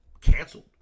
canceled